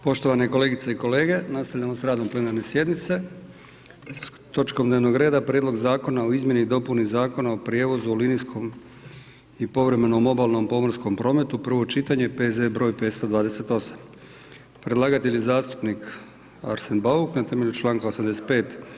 Poštovane kolegice i kolege, nastavljamo sa radom plenarne sjednice, s točkom dnevnog reda: - Prijedlog Zakona o izmjeni i dopuni Zakona o prijevozu u linijskom i povremenom obalnom pomorskom prometu, prvo čitanje, P.Z. br. 528 Predlagatelj je zastupnik Arsen Bauk na temelju članka 85.